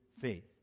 faith